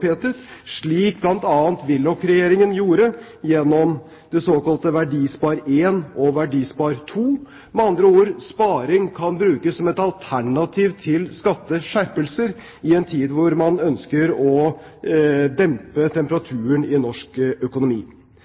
overopphetet, slik bl.a. Willoch-regjeringen gjorde gjennom det såkalte Verdispar I og Verdispar II. Med andre ord, sparing kan brukes som et alternativ til skatteskjerpelser i en tid hvor man ønsker å dempe temperaturen i norsk økonomi.